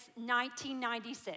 1996